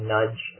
Nudge